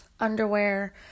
underwear